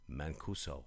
Mancuso